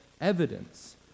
evidence